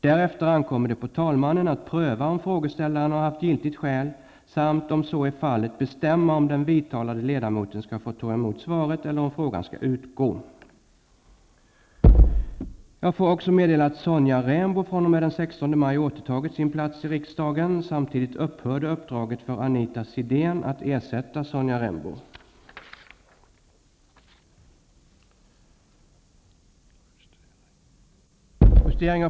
Därefter ankommer det på talmannen att pröva om frågeställaren har haft giltigt skäl samt, om så är fallet, bestämma om den vidtalade ledamoten skall få ta emot svaret eller om frågan skall utgå.